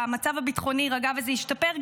המצב הביטחוני יירגע וזה ישתפר,